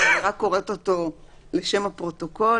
אני קוראת אותו לשם הפרוטוקול.